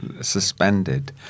suspended